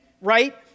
right